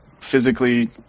physically